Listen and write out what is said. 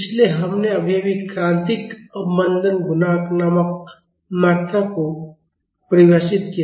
इसलिए हमने अभी अभी क्रांतिक अवमंदन गुणांक नामक मात्रा को परिभाषित किया है